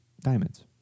Diamonds